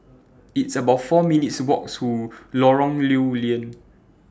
It's about four minutes' Walk to Lorong Lew Lian